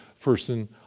person